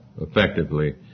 effectively